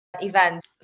event